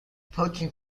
poaching